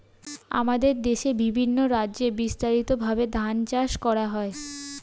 আমাদের দেশে বিভিন্ন রাজ্যে বিস্তারিতভাবে ধান চাষ করা হয়